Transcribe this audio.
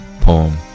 poem